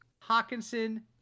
Hawkinson